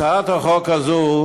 הצעת החוק הזאת